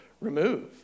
remove